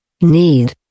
Need